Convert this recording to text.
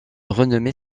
renommée